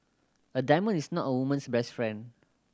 a diamond is not a woman's best friend